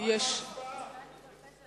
מה עם ההצבעה?